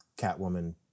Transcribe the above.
catwoman